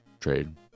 trade